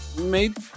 Made